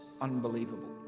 unbelievable